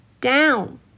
Down